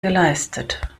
geleistet